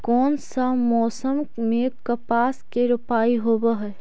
कोन सा मोसम मे कपास के रोपाई होबहय?